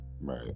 right